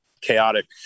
chaotic